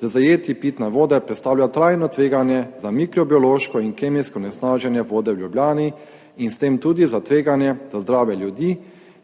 z zajetji pitne vode predstavljal trajno tveganje za mikrobiološko in kemijsko onesnaženje vode v Ljubljani in s tem tudi za tveganje za zdravje ljudi,